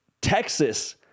Texas